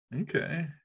Okay